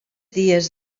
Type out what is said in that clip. dies